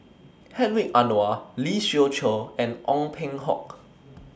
Hedwig Anuar Lee Siew Choh and Ong Peng Hock